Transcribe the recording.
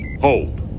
Hold